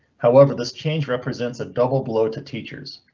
however, this change represents a double blow to teachers.